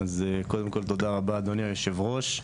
קודם כל תודה רבה אדוני יושב הראש.